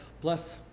bless